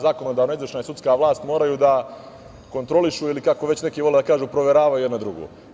Zakonodavna, izvršna i sudska vlast moraju da kontrolišu ili, kako već neki vole da kažu, proveravaju jedna drugu.